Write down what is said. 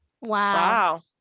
wow